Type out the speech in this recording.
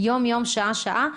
יום-יום ושעה-שעה,